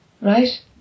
Right